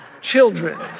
children